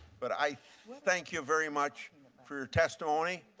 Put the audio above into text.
but i thank you very much for your testimony.